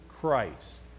Christ